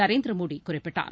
நரேந்திர மோடி குறிப்பிட்டார்